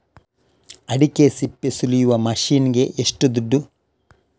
ಅಡಿಕೆ ಸಿಪ್ಪೆ ಸುಲಿಯುವ ಮಷೀನ್ ಗೆ ಏಷ್ಟು ದುಡ್ಡು?